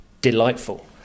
delightful